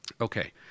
Okay